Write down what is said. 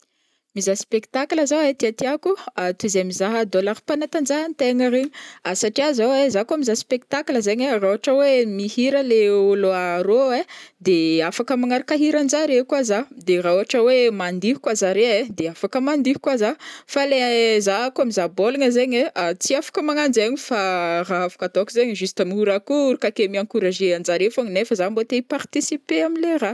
Mizaha spectacle zao ai tiatiako toy izay mizaha dôla ara-panatanjahantegna regny, satria zao ai zah kô mizaha spectacle zegny ai ra ôhatra oe mihira le olo arô ai ,de afaka magnaraka hiranjareo koa za de ra ôhatra oe mandihy kô zare ai de afaka mandihy kô za, fa le za kô mizaha bôligna zegny ai tsy afaka mananjegny fa ra afaka ataoko zegny ai juste miorakoraka ake mi-encourager anjare fôgna nefa za tia i participer amile raha.